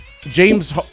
James